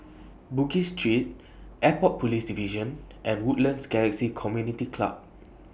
Bugis Street Airport Police Division and Woodlands Galaxy Community Club